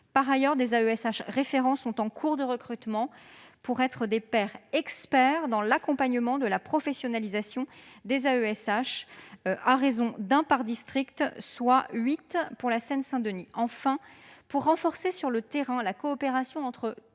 Par ailleurs, des AESH référents sont en cours de recrutement pour être des pairs experts dans l'accompagnement de la professionnalisation des AESH, à raison d'un par district, soit huit pour la Seine-Saint-Denis. Enfin, pour renforcer sur le terrain la coopération entre